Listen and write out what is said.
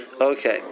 okay